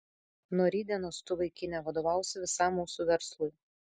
nuo rytdienos tu vaikine vadovausi visam mūsų verslui